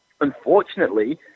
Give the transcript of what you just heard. unfortunately